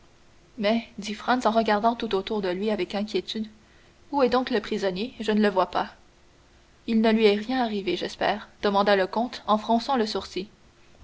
mais dit franz en regardant tout autour de lui avec inquiétude où donc est le prisonnier je ne le vois pas il ne lui est rien arrivé j'espère demanda le comte en fronçant le sourcil